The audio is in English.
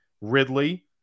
Ridley